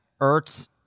Ertz